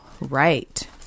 right